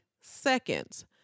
seconds